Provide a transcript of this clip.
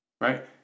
Right